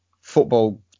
football